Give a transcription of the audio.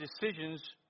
decisions